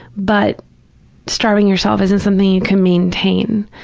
but starving yourself isn't something you can maintain.